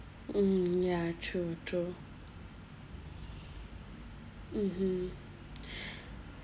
mmhmm ya true true mmhmm